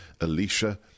Alicia